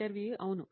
ఇంటర్వ్యూఈ అవును